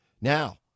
Now